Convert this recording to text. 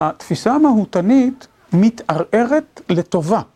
התפיסה המהותנית מתערערת לטובה.